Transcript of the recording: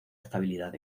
estabilidad